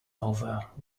over